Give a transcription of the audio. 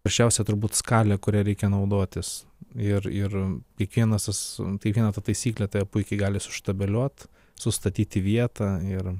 prasčiausia turbūt skalė kuria reikia naudotis ir ir kiekvienas tas kiekviena ta taisyklė tave puikiai gali suštabeliuot sustatyt vietą ir